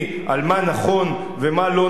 על מה נכון ומה לא נכון,